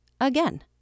Again